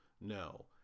No